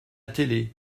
télé